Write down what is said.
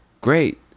great